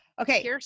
Okay